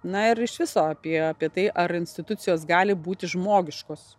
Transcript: na ir iš viso apie apie tai ar institucijos gali būti žmogiškos